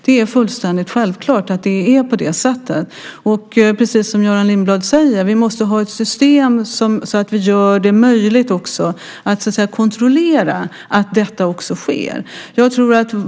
Det är fullständigt självklart att det ska vara så. Precis som Göran Lindblad säger måste vi ha ett system som gör det möjligt att kontrollera att detta också sker.